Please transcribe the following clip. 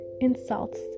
insults